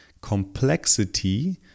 complexity